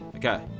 Okay